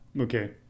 okay